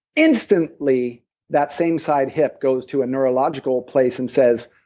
instantly that same side hip goes to a neurological place and says,